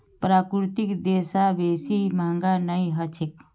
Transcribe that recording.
प्राकृतिक रेशा बेसी महंगा नइ ह छेक